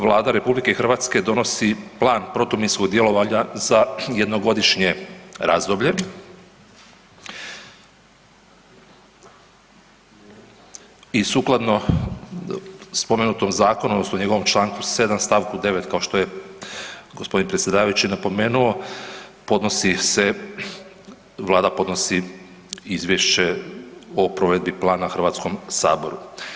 Vlada RH donosi Plan protuminskog djelovanja za jednogodišnje razdoblje i sukladno spomenutom zakonu odnosno njegovom čl. 7. st. 9. kao što je g. predsjedavajući napomenuo podnosi se Vlada podnosi Izvješće o provedbi Plana HS-U.